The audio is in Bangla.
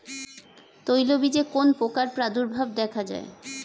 তৈলবীজে কোন পোকার প্রাদুর্ভাব দেখা যায়?